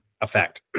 effect